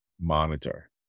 monitor